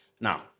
Now